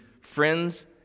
friends